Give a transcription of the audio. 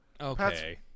okay